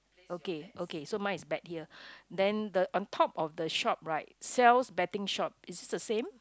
okay okay so mine is bet here then the on top of the shop right Sal's betting shop is it the same